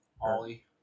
Ollie